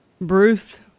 Bruce